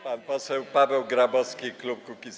Pan poseł Paweł Grabowski, klub Kukiz’15.